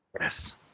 Yes